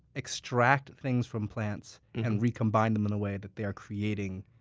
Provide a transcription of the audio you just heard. extract things from plants, and recombine them in a way that they are creating,